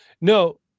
No